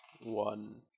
one